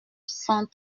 cent